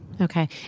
Okay